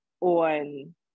on